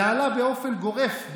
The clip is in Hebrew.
זה עלה באופן גורף,